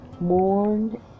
mourn